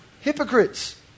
hypocrites